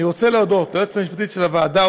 אני רוצה להודות ליועצת המשפטית של הוועדה,